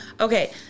Okay